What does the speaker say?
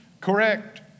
Correct